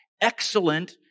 excellent